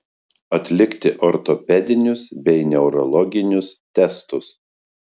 atlikti ortopedinius bei neurologinius testus